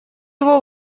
его